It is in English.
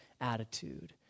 attitude